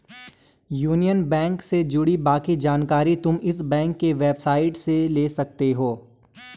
union bank से जुड़ी बाकी जानकारी तुम इस बैंक की वेबसाईट से भी ले सकती हो